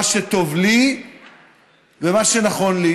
מה שטוב לי ומה שנכון לי.